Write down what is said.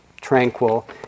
tranquil